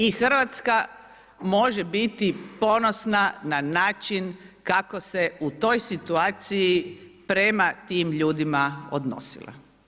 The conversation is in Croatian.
I Hrvatska može biti ponosna na način kako se u toj situaciji prema tim ljudima odnosilo.